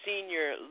senior